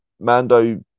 Mando